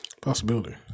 possibility